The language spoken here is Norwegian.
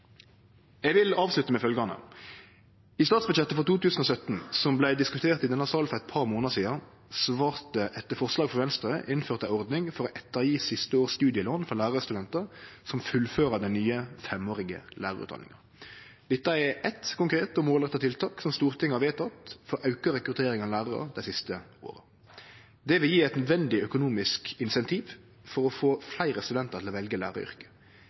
Eg vil avslutte med følgjande: I statsbudsjettet for 2017, som vart diskutert i denne salen for eit par månader sidan, vart det etter forslag frå Venstre innført ei ordning med å ettergje siste års studielån for lærarstudentar som fullfører den nye femårige lærarutdanninga. Dette er eitt konkret og målretta tiltak som Stortinget har vedteke for å auke rekrutteringa av lærarar dei siste åra. Det vil gje eit veldig økonomisk incentiv for å få fleire studentar til å velje læraryrket.